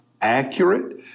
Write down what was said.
accurate